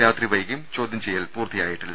രാത്രി വൈകിയും ചോദ്യം ചെയ്യൽ പൂർത്തി യായിട്ടില്ല